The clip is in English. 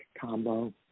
combo